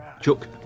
Chuck